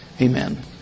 Amen